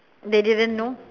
they didn't know